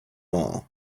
all